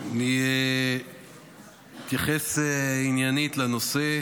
אני אתייחס עניינית לנושא,